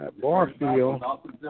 Barfield